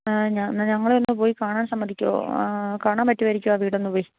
ആ ഞങ്ങൾ ഒന്നുപോയി കാണാൻ സമ്മതിക്കുമോ കാണാൻ പറ്റുമായിരിക്കുമോ ആ വീടൊന്ന് പോയി